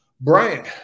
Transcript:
Brian